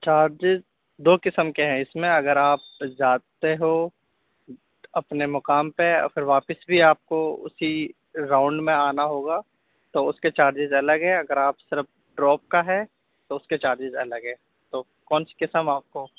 charges دو قسم کے ہیں اس میں اگر آپ جاتے ہو اپنے مقام پہ پھر واپس بھی آپ كو اسی راؤنڈ میں آنا ہوگا تو اس کے چارجز الگ ہیں اگر آپ صرف ڈراپ کا ہے تو اس کے چارجز الگ ہیں تو کون سی قسم آپ كو